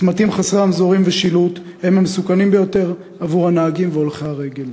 צמתים חסרי רמזורים ושילוט הם המסוכנים ביותר עבור הנהגים והולכי הרגל.